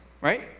Right